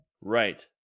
Right